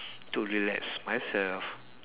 to relax myself